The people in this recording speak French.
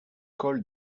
col